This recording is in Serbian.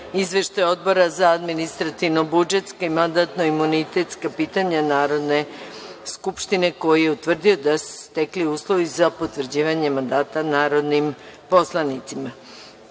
Izveštaj Odbora za administrativno-budžetska i mandatno-imunitetska pitanja Narodne skupštine, koji je utvrdio da su se stekli uslovi za potvrđivanje mandata narodnim poslanicima,